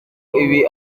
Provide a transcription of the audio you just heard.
ibi